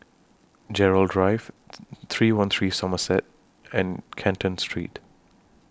Gerald Drive three one three Somerset and Canton Street